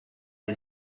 des